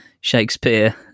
Shakespeare